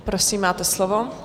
Prosím, máte slovo.